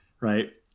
right